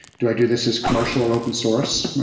do i do this is commercial or open source?